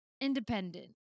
Independent